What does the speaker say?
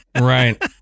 Right